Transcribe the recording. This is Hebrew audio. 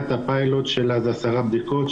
היה את הפיילוט של עשר בדיקות.